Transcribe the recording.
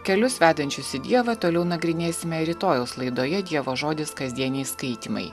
kelius vedančius į dievą toliau nagrinėsime rytojaus laidoje dievo žodis kasdieniai skaitymai